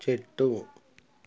చెట్టు